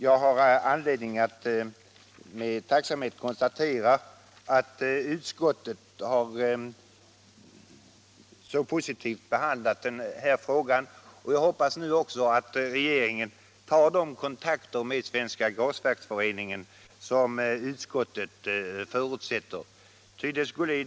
Jag har anledning att med tacksamhet konstatera att utskottet positivt har behandlat den här frågan, och jag hoppas att regeringen tar den kontakt med Svenska gasföreningen som utskottet förutsätter.